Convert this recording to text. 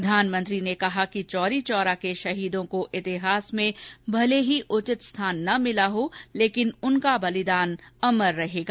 प्रधानमंत्री ने कहा कि चौरी चौरा के शहीदो को इतिहास में भले ही उचित स्थान न मिला हो लेकिन उनका वलिदान अमर रहेगा